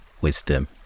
wisdom